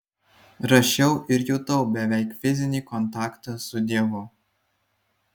rašiau ir jutau beveik fizinį kontaktą su dievu